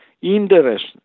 interest